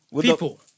people